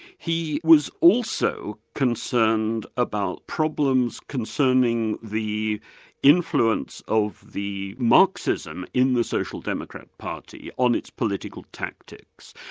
he was also concerned about problems concerning the influence of the marxism in the social democrat party on its political tactics,